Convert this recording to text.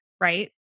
right